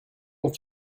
donc